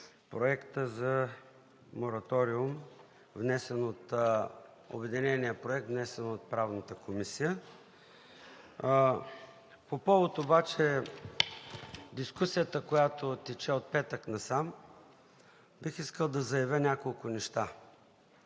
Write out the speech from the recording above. проект за мораториум, внесен от Правната комисия. По повод обаче дискусията, която тече от петък насам, бих искал да заявя няколко неща,